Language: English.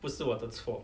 不是我的错